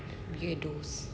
weirdos